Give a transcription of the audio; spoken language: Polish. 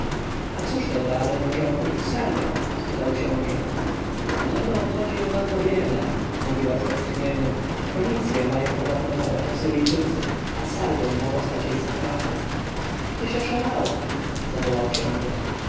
a cóż tę radę może obchodzić sargon spytał książę podobno obchodzi ją bardzo wiele mówiła z westchnieniem fenicję mają podobno zabrać asyryjczycy a sargon ma zostać jej satrapą tyś oszalała zawołał książę